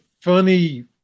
funny